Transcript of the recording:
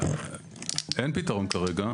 אין פתרון כרגע